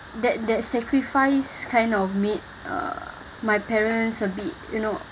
that that sacrifice kind of made uh my parents a bit you know